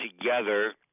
together